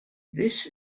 this